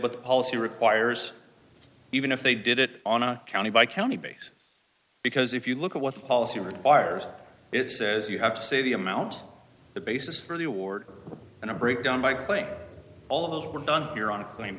with policy requires even if they did it on a county by county base because if you look at what the policy requires it says you have to see the amount the basis for the award and a breakdown by claim all of those were done here on a claim